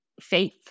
faith